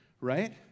right